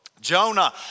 Jonah